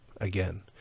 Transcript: again